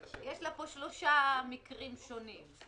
יש לה פה שלושה מקרים שונים.